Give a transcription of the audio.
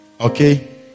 okay